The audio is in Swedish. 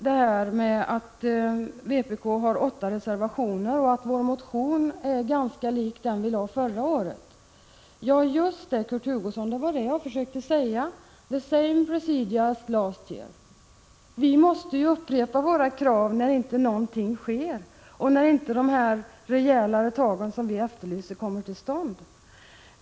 Vpk har fogat åtta reservationer till betänkandet. Vår motion är ganska lik den vi väckte förra året. Just det, Kurt Hugosson, det var detta jag försökte säga — the same procedure as last year. Vi måste ju upprepa våra krav när inget sker och när inte de rejälare tag som vi efterlyser kommer till stånd.